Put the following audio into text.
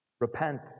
Repent